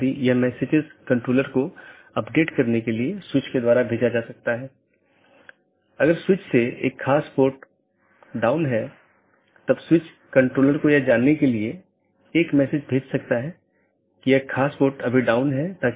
यदि इस संबंध को बनाने के दौरान AS में बड़ी संख्या में स्पीकर हैं और यदि यह गतिशील है तो इन कनेक्शनों को बनाना और तोड़ना एक बड़ी चुनौती है